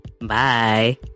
Bye